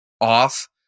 off